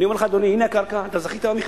אני אומר לך, אדוני: הנה הקרקע, אתה זכית במכרז,